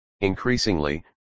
Increasingly